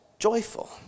joyful